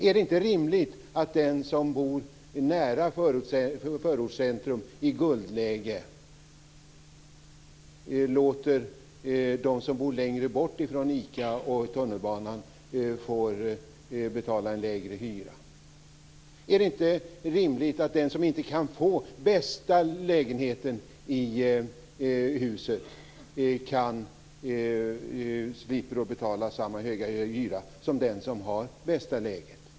Är det inte rimligt att den som bor nära ett förortscentrum i guldläge låter dem som bor längre bort från ICA och tunnelbanan få betala en lägre hyra? Är det inte rimligt att den som inte kan få bästa lägenheten i huset slipper betala samma höga hyra som den som har bästa läget?